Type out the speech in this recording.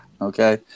okay